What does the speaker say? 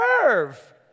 curve